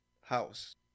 house